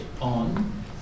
on